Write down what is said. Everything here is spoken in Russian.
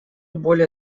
более